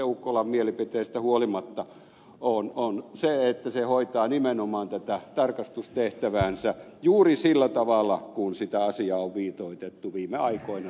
ukkolan mielipiteestä huolimatta on se joka hoitaa nimenomaan tätä tarkastustehtäväänsä juuri sillä tavalla kuin sitä asiaa on viitoitettu viime aikoina sen kannanotoissa